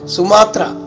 Sumatra